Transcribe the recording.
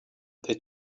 they